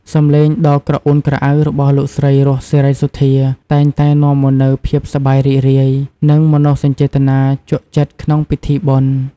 សំឡេងដ៏ក្រអួនក្រអៅរបស់លោកស្រី រស់ សេរីសុទ្ធា តែងតែនាំមកនូវភាពសប្បាយរីករាយ និងមនោសញ្ចេតនាជក់ចិត្តក្នុងពិធីបុណ្យ។